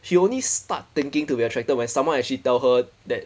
she only start thinking to be attracted when someone actually tell her that